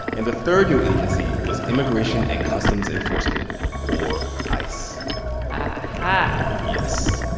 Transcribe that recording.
and the third new agency was immigration and customs enforcement or ice aha yes.